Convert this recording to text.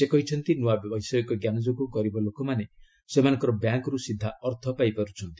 ସେ କହିଛନ୍ତି ନୂଆ ବୈଷୟିକଜ୍ଞାନ ଯୋଗୁଁ ଗରିବ ଲୋକମାନେ ସେମାନଙ୍କର ବ୍ୟାଙ୍କ୍ରୁ ସିଧା ଅର୍ଥ ପାଇପାରୁଛନ୍ତି